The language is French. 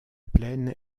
plaine